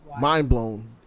mind-blown